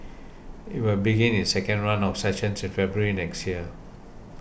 it will begin its second run of sessions in February next year